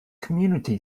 community